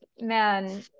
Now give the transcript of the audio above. man